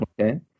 Okay